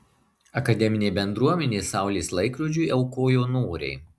akademinė bendruomenė saulės laikrodžiui aukojo noriai